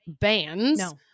bands